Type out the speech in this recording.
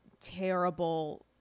terrible